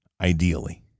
ideally